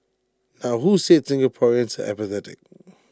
now who said Singaporeans are apathetic